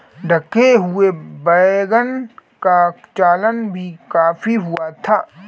ढके हुए वैगन का चलन भी काफी हुआ था